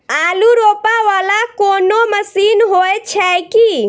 आलु रोपा वला कोनो मशीन हो छैय की?